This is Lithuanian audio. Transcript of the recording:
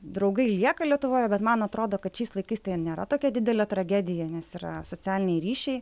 draugai lieka lietuvoje bet man atrodo kad šiais laikais tai nėra tokia didelė tragedija nes yra socialiniai ryšiai